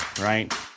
right